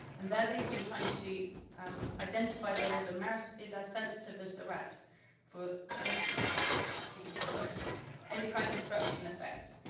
and there they've been trying to identify whether the mouse is as sensitive as the rat for and excuse me for endocrine disruption effects.